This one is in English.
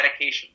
medications